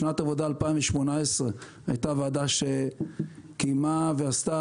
שנת עבודה 2018 הייתה ועדה שקיימה ועשתה